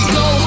go